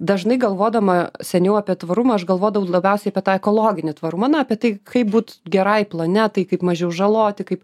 dažnai galvodama seniau apie tvarumą aš galvodavau labiausiai apie tą ekologinį tvarumą na apie tai kaip būt gerai planetai kaip mažiau žaloti kaip